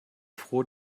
froh